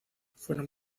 fueron